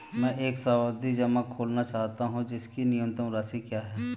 मैं एक सावधि जमा खोलना चाहता हूं इसकी न्यूनतम राशि क्या है?